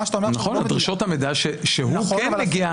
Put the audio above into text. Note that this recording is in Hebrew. מה שאתה אומר עכשיו הוא לא מדויק.